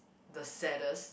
the saddest